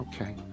Okay